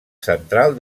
central